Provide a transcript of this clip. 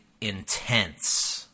intense